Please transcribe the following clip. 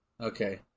Okay